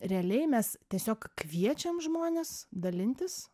realiai mes tiesiog kviečiam žmones dalintis